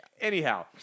Anyhow